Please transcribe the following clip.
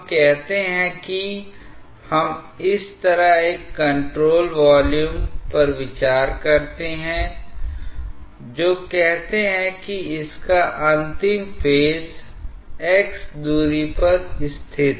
क्या यह एक गैर एकरूपता अभिव्यक्त करता है जब आप एक ही अनुभाग के साथ एक अलग स्ट्रीमलाइन पर जाते हैं तो आप वेग के अलग होने की उम्मीद करते हैं और यह अंतर गैर एकरूपता को जन्म देता है